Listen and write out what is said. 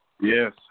Yes